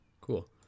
cool